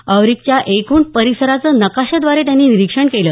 ऑरिकच्या एकूण परिसराचं नकाशाद्वारे त्यांनी निरीक्षण केलं